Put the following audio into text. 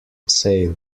sale